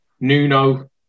Nuno